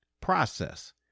process